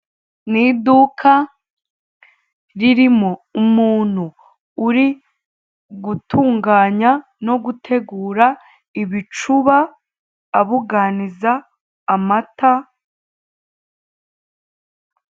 Ni iduka ririmo umuntu uri gutunganya no gutegura ibicuba, abuganiza amata